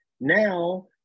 Now